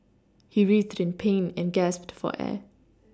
he writhed in pain and gasped for air